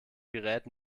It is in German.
gerät